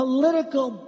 political